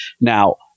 Now